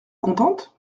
contente